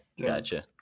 gotcha